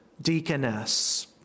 Deaconess